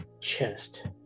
chest